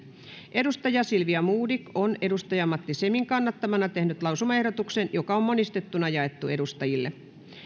silvia modig on matti semin kannattamana tehnyt lausumaehdotuksen joka on monistettuna jaettu edustajille